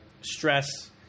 stress